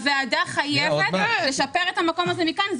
הוועדה חייבת לשפר את המקום הזה מכאן.